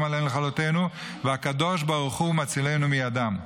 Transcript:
עלינו לכלותינו והקדוש ברוך הוא מצילנו מידם.